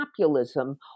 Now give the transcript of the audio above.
populism